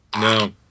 No